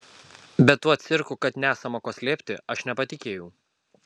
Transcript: bet tuo cirku kad nesama ko slėpti aš nepatikėjau